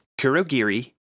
Kurogiri